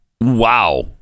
Wow